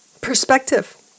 perspective